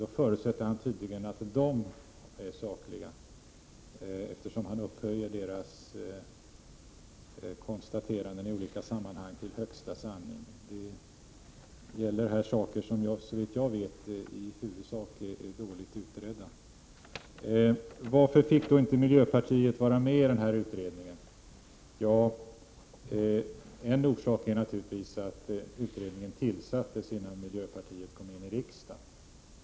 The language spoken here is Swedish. Då förutsätter han tydligen att de är sakliga, eftersom han upphöjer deras konstateranden i olika sammanhang till högsta sanning. Det gäller bl.a. en del saker som såvitt jag vet är dåligt utredda. Varför fick då inte miljöpartiet vara med i den här utredningen? Ja, en orsak är naturligtvis att utredningen tillsattes innan miljöpartiet hade kommit in i riksdagen.